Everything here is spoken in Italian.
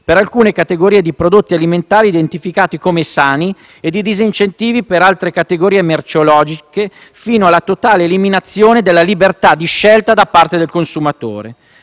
per alcune categorie di prodotti alimentari identificati come sani, e di disincentivi per le altre categorie merceologiche, fino alla totale eliminazione della libertà di scelta da parte del consumatore.